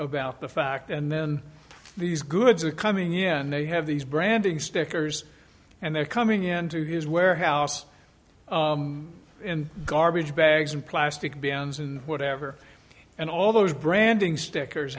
about the fact and then these goods are coming in and they have these branding stickers and they're coming into his warehouse in garbage bags in plastic bins and whatever and all those branding stickers